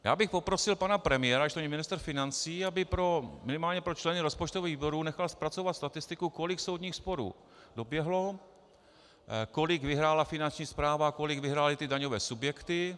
Já bych poprosil pana premiéra, když tady není ministr financí, aby minimálně pro členy rozpočtového výboru nechal zpracovat statistiku, kolik soudních sporů doběhlo, kolik vyhrála Finanční správa, kolik vyhrály ty daňové subjekty.